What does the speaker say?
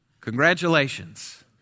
Congratulations